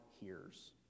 hears